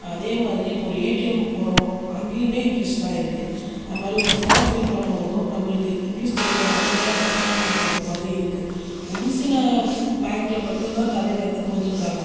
அதே மாதிரி இப்போ ஒரு ஏடிஎம் போகிறோம் அங்கேயுமே இங்கிலீஷ் தான் இருக்குது அந்த மாதிரி ஒரு ஃபார்ம் ஃபில் பண்ணும்போதும் நம்மளுக்கு இங்கிலீஷ் தெரிஞ்சால் மட்டும் தான் அந்த ஃபார்ம் ஃபில் பண்ணுற மாதிரி இருக்குது ஒரு சில பேங்க்கில் மட்டும் தான் தமிழை வந்து கொடுத்து இருக்காங்க